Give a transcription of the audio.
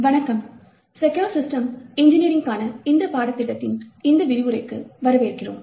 வணக்கம் secure system இன்ஜினியரிங்க்கான பாடத்திட்டத்தின் இந்த விரிவுரைக்கு வரவேற்கிறோம்